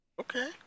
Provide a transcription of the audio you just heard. Okay